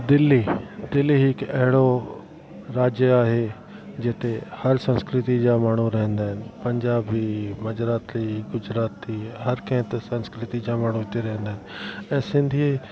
दिल्ली दिल्ली हिकु अहिड़ो राज्य आहे जिते हर संस्कृति जा माण्हू रहंदा आहिनि पंजाबी मजराती गुजराती हर कंहिं हिते संस्कृति जा माण्हू हिते रहंदा आहिनि ऐं सिंधी